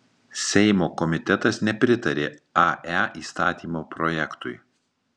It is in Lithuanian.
seimo komitetas nepritarė ae įstatymo projektui